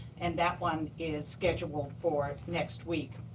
and that one is scheduled for next week.